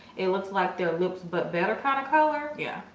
it looks like their lips but better kind of color yeah,